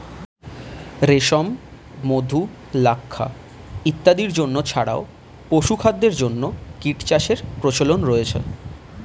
রেশম, মধু, লাক্ষা ইত্যাদির জন্য ছাড়াও পশুখাদ্যের জন্য কীটচাষের প্রচলন রয়েছে